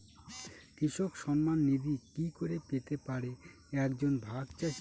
কৃষক সন্মান নিধি কি করে পেতে পারে এক জন ভাগ চাষি?